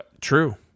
True